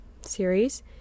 series